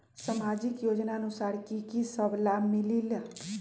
समाजिक योजनानुसार कि कि सब लाब मिलीला?